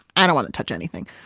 i don't want to touch anything.